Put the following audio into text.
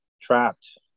trapped